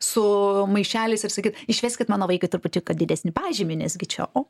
su maišeliais ir sakyt išveskit mano vaikui trupučiuką didesnį pažymį nes gi čia o